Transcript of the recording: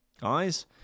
guys